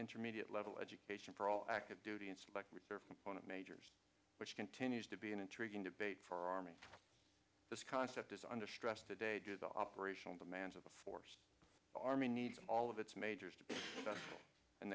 intermediate level education for all active duty and select reserve component majors which continues to be an interesting debate for army this concept is under stress today did the operational them bands of the force army need all of its majors